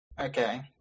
Okay